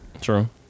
True